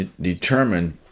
determined